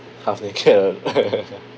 half naked